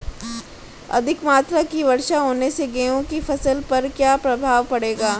अधिक मात्रा की वर्षा होने से गेहूँ की फसल पर क्या प्रभाव पड़ेगा?